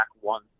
one